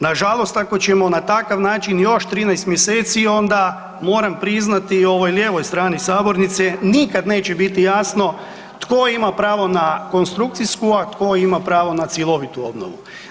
Nažalost ako ćemo na takav način još 13 mjeseci, onda moram priznati ovoj lijevoj strani sabornice nikad neće biti jasno tko ima pravo na konstrukcijsku, a tko ima pravo na cjelovitu obnovu.